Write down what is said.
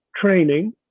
training